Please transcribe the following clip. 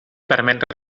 permet